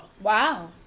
wow